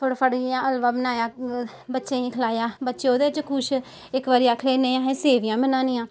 फटोफट इयां हल्वा बनाया बच्चें गी खलाया बच्चे ओह्दे च खुश इक बारी आक्खन लगे नेई असें सेवियां बनानियां